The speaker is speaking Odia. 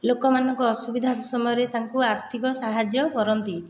ଲୋକମାନଙ୍କର ଅସୁବିଧା ସମୟରେ ତାଙ୍କୁ ଆର୍ଥିକ ସାହାଯ୍ୟ କରନ୍ତି